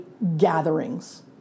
gatherings